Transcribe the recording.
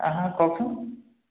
হাঁ হাঁ কওকচোন